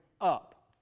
up